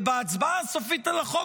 בהצבעה הסופית על החוק,